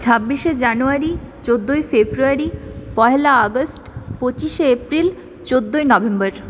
ছাব্বিশে জানুয়ারি চোদ্দোই ফেব্রুয়ারি পয়লা আগস্ট পঁচিশে এপ্রিল চোদ্দোই নভেম্বর